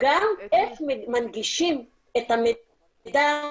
גם איך מנגישים את המידע,